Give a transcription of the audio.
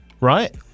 right